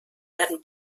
werden